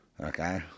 Okay